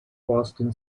boston